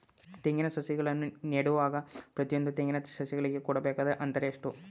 ತೆಂಗಿನ ಸಸಿಗಳನ್ನು ನೆಡುವಾಗ ಪ್ರತಿಯೊಂದು ತೆಂಗಿನ ಸಸಿಗಳಿಗೆ ಕೊಡಬೇಕಾದ ಅಂತರ ಎಷ್ಟು?